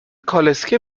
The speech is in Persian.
کالسکه